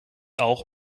auch